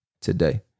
today